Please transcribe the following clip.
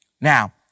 Now